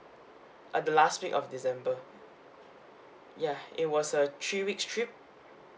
uh the last week of december ya it was a three weeks trip